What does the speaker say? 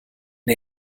der